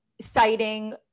citing